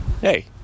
hey